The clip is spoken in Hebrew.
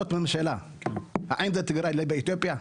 האם טיגריי לא באתיופיה?